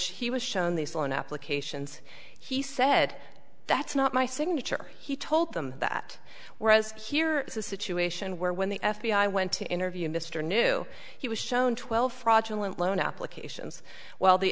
was he was shown these loan applications he said that's not my signature he told them that whereas here is a situation where when the f b i went to interview mr new he was shown twelve fraudulent loan applications while the